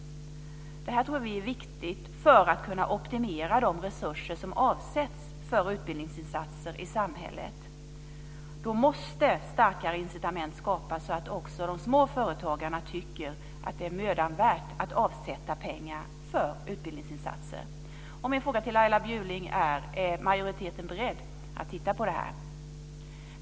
Vi tror att det här är viktigt för att man ska kunna optimera de resurser som avsätts för utbildningsinsatser i samhället. Då måste starkare incitament skapas, så att också de små företagarna tycker att det är mödan värt att avsätta pengar för utbildningsinsatser. Min fråga till Laila Bjurling är: Är majoriteten beredd att titta på det här?